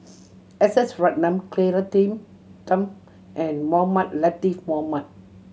S S Ratnam Claire Tham and Mohamed Latiff Mohamed